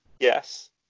Yes